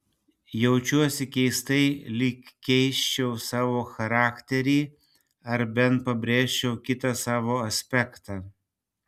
jaučiuosi keistai lyg keisčiau savo charakterį ar bent pabrėžčiau kitą savo aspektą